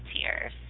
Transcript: tears